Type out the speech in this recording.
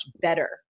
better